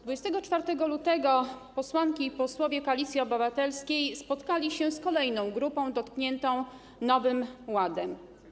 24 lutego posłanki i posłowie Koalicji Obywatelskiej spotkali się z kolejną grupą dotkniętą Nowym Ładem.